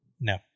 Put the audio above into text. No